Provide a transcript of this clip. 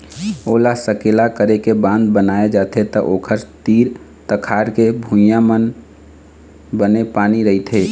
ओला सकेला करके बांध बनाए जाथे त ओखर तीर तखार के भुइंया म बने पानी रहिथे